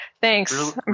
Thanks